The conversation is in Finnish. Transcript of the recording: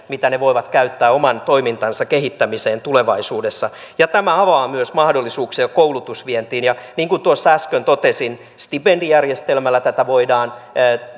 mitä ne voivat käyttää oman toimintansa kehittämiseen tulevaisuudessa ja tämä avaa myös mahdollisuuksia koulutusvientiin ja niin kuin äsken totesin stipendijärjestelmällä tätä voidaan